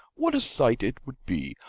what a sight it would be!